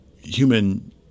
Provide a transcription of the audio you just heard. human